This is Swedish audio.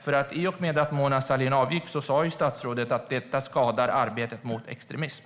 När Mona Sahlin avgick sa statsrådet: Detta skadar arbetet mot extremism.